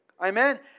Amen